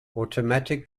automatic